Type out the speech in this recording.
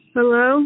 Hello